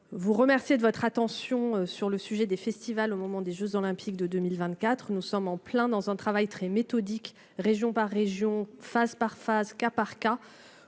vous remercier de votre attention sur le sujet des festivals au moment des Jeux olympiques de 2024 nous sommes en plein dans un travail très méthodique, région par région, phase par phase au cas par cas